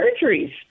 surgeries